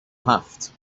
هفت